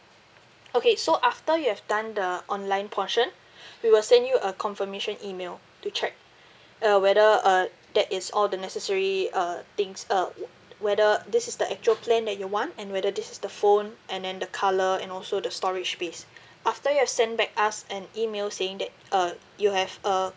okay so after you have done the online portion we will send you a confirmation email to check uh whether uh that is all the necessary uh things uh wh~ whether this is the actual plan that you want and whether this is the phone and then the color and also the storage base after you've send back us an email saying that uh you have uh